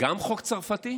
גם חוק צרפתי,